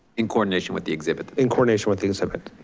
in coronation with the exhibit. in coronation with the exhibit.